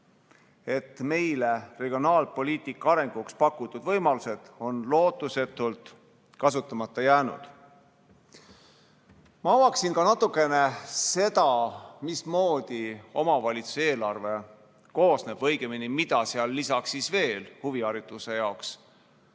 et meile regionaalpoliitika arenguks pakutud võimalused on lootusetult kasutamata jäänud. Ma avaksin ka natukene seda, millest omavalitsuse eelarve koosneb, või õigemini, mida sellest lisaks huviharidusele